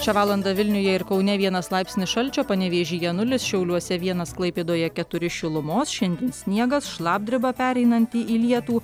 šią valandą vilniuje ir kaune vienas laipsnis šalčio panevėžyje nulis šiauliuose vienas klaipėdoje keturi šilumos šiandien sniegas šlapdriba pereinanti į lietų